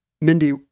Mindy